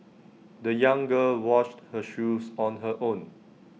the young girl washed her shoes on her own